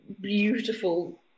beautiful